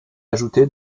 ajouté